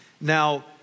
Now